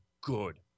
good